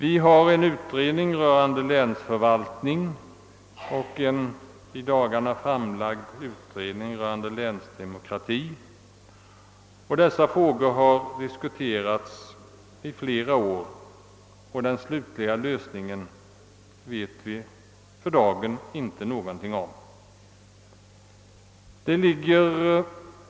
Vidare har vi en utredning rörande länsförvaltningen och en i dagarna redovisad utredning om länsdemokrati. Dessa frågor har diskuterats i flera år, men den slutliga lösningen vet vi för dagen ingenting om.